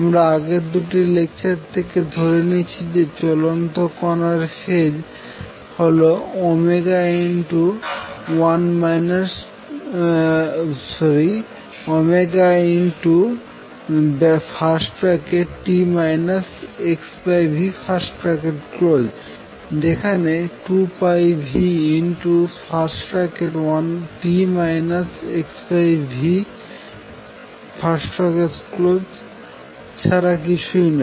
আমরা আগের দুটি লেকচার থেকে ধরে নিয়েছি যে চলন্ত কণার ফেজ হল t xv যেটা সমান 2πνt xv ছাড়া কিছুই না